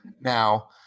now